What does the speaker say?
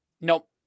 Nope